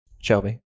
Shelby